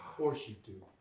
course you do,